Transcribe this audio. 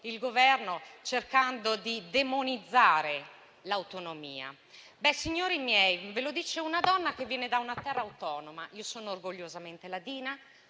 il Governo, cercando di demonizzare l'autonomia. Ebbene, signori miei, ve lo dice una donna che viene da una terra autonoma: io sono orgogliosamente ladina,